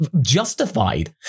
justified